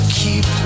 keep